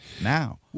now